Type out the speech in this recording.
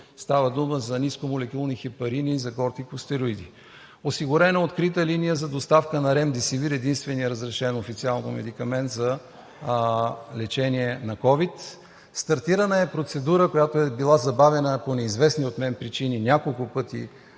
Става дума за нискомолекулни хепарини и за кортикостероиди. Осигурена е открита линия за доставка на „Ремдесивир“ – единственият разрешен официално медикамент за лечение на ковид. Стартирана е процедура, която е била забавена, по-неизвестни от мен причини, няколко пъти